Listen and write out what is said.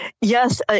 Yes